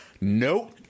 nope